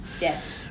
Yes